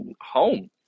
home